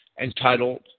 entitled